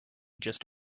just